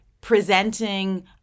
presenting